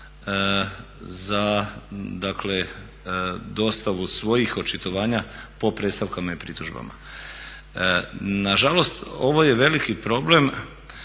za dostavu svojih očitovanja po predstavkama i pritužbama. Nažalost, ovo je veliki problem